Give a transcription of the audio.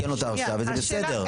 וזה בסדר,